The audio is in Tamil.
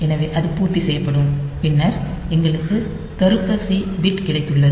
எனவே அது பூர்த்தி செய்யப்படும் பின்னர் எங்களுக்கு தருக்க சி பிட் கிடைத்துள்ளது